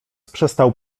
przestał